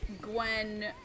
Gwen